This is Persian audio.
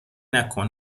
نکن